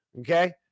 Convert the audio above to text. okay